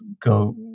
go